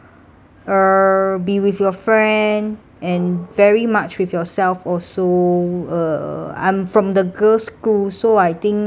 err be with your friend and very much with yourself also err I'm from the girls' school so I think